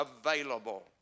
available